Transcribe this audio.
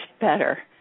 better